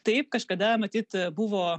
taip kažkada matyt buvo